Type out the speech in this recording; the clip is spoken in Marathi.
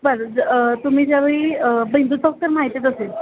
बरं तुम्ही ज्यावेळी बिंंदू चौक तर माहितीच असेल